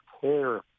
care